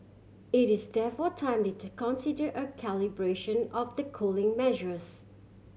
it is therefore timely to consider a calibration of the cooling measures